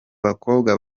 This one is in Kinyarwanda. bakobwa